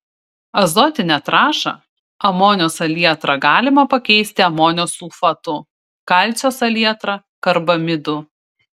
azotinę trąšą amonio salietrą galima pakeisti amonio sulfatu kalcio salietra karbamidu